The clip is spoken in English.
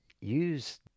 use